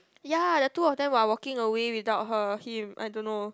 ya the two of them are walking away without her him I don't know